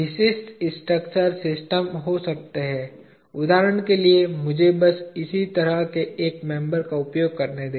विशिष्ट structural systems हो सकती हैं उदाहरण के लिए मुझे बस इसी तरह के मेंबर का उपयोग करने दें